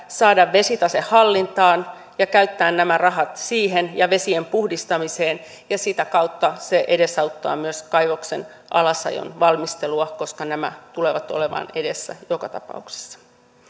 saada vesitase hallintaan ja käyttää nämä rahat siihen ja vesien puhdistamiseen ja sitä kautta se edesauttaa myös kaivoksen alasajon valmistelua koska nämä tulevat olemaan edessä joka tapauksessa